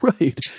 Right